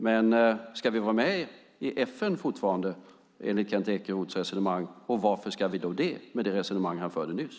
Men ska vi vara med i FN fortfarande enligt Kent Ekeroths resonemang, varför ska vi då det med tanke på det resonemang han förde nyss?